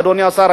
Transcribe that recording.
אדוני השר,